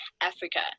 Africa